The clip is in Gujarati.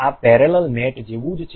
આ આ પેરેલલ મેટ જેવું જ છે